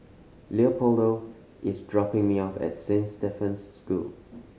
Leopoldo is dropping me off at Saint Stephen's School